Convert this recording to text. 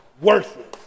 worthless